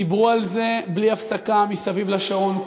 דיברו על זה בלי הפסקה מסביב לשעון,